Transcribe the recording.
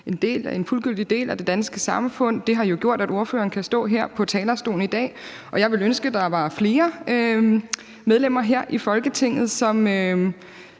en fuldgyldig del af det danske samfund. Det har jo gjort, at ordføreren kan stå her på talerstolen i dag. Jeg ville ønske, der var flere medlemmer her i Folketinget, som